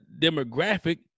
demographic